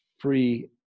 free